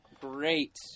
great